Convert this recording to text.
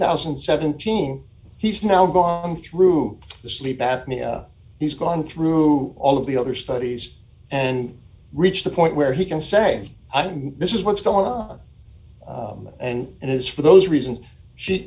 thousand and seventeen he's now gone through the sleep apnea he's gone through all of the other studies and reached the point where he can say i think this is what's going on and it is for those reasons she